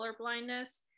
colorblindness